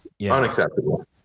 Unacceptable